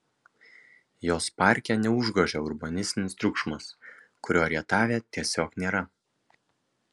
jos parke neužgožia urbanistinis triukšmas kurio rietave tiesiog nėra